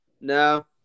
No